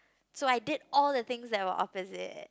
so I did all the things that were opposite